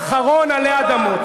האחרון עלי אדמות.